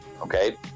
Okay